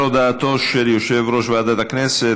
ובדבר הודעתו של יושב-ראש ועדת הכנסת,